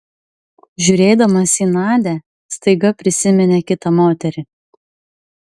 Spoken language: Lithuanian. žiūrėdamas į nadią staiga prisiminė kitą moterį